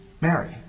Mary